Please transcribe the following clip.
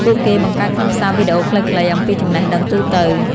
ពួកគេបង្កើតខ្លឹមសារវីដេអូខ្លីៗ អំពីចំណេះដឹងទូទៅ។